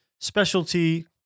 specialty